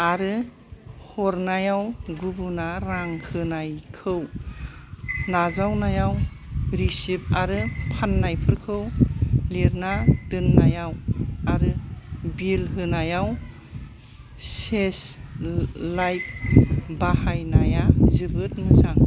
आरो हरनायाव गुबुना रां होनायखौ नाजावनायाव रिसिभ आरो फाननायफोरखौ लिरना दोननायाव आरो बिल होनायाव सेस लाइक बाहायनाया जोबोत मोजां